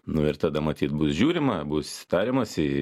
nu ir tada matyt bus žiūrima bus tariamasi